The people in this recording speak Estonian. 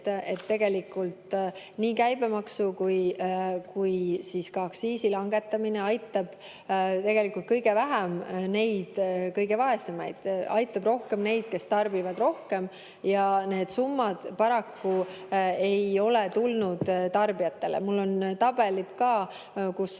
et tegelikult nii käibemaksu kui ka aktsiisi langetamine aitab kõige vähem neid kõige vaesemaid, aitab rohkem neid, kes tarbivad rohkem, ja need summad paraku ei ole tulnud tarbijatele. Mul on tabelid ka, kus on